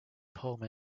poem